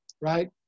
right